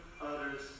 others